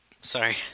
sorry